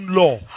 law